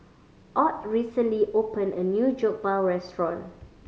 Ott recently opened a new Jokbal restaurant